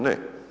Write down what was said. Ne.